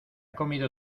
comido